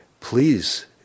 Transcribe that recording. please